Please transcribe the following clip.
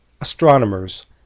astronomers